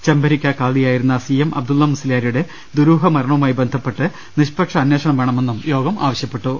ചെമ്പരിക്ക ഖാസിയായിരുന്ന സിഎം അബ്ദുല്ല മുസ്ലിയാരുടെ ദുരൂഹ മരണവുമായി ബന്ധപ്പെട്ട് നിഷ്പക്ഷ അന്വേഷണം വേണമെന്ന് യോഗം ആവശ്യപ്പെട്ടു